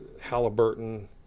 Halliburton